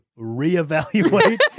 reevaluate